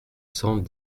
cent